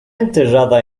enterrada